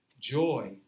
Joy